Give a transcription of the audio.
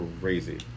crazy